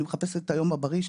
אני מחפשת את היום הבריא שלי,